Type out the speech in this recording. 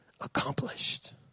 accomplished